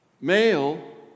Male